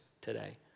today